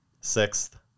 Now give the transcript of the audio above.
Sixth